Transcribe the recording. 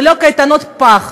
ולא קייטנות פח,